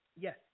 Yes